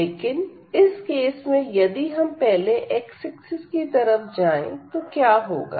लेकिन इस केस में यदि हम पहले x ऐक्सिस की तरफ जाएं तो क्या होगा